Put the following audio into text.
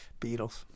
Beatles